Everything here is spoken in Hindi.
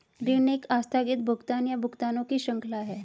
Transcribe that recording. ऋण एक आस्थगित भुगतान, या भुगतानों की श्रृंखला है